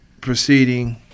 proceeding